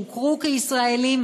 שהוכרו כישראלים,